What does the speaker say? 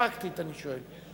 פרקטית אני שואל.